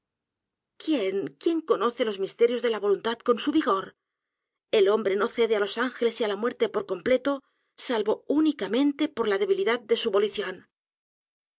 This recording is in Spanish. quién quién conoce los misterios de la voluntad con su vigor el hombre no cede á los ángeles y á la muertepor completo salvo únicamente por la debilidad de su volición